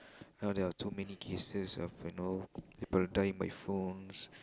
now there are too many cases of you know people dying by phones